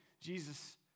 Jesus